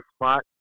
spot